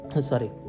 Sorry